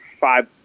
five